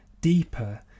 deeper